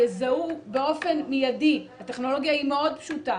יזהו באופן מיידי - הטכנולוגיה היא מאוד פשוטה